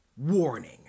Warning